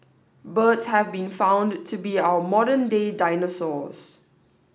birds have been found to be our modern day dinosaurs